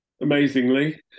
amazingly